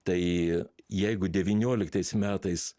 tai jeigu devynioliktais metais